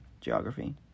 geography